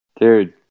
dude